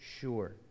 sure